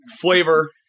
flavor